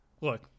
look